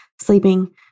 sleeping